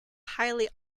highly